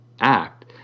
act